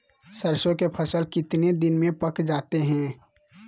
सरसों के फसल कितने दिन में पक जाते है?